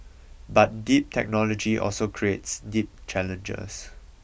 but deep technology also creates deep challengers